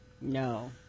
No